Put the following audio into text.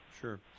sure